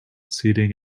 seating